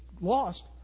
lost